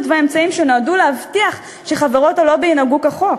והאמצעים שנועדו להבטיח שחברות הלובי ינהגו כחוק.